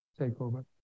takeover